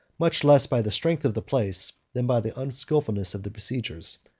much less by the strength of the place than by the unskillfulness of the besiegers.